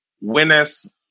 winners